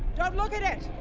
don't look at it!